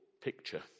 picture